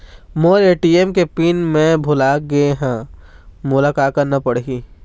मोर ATM के pin मैं भुला गैर ह, मोला का करना पढ़ही?